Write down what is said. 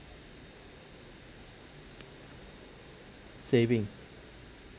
savings